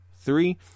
three